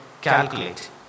calculate